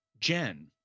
Jen